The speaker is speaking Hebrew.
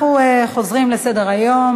אנחנו חוזרים לסדר-היום.